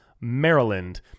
Maryland